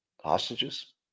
hostages